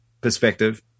perspective